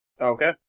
Okay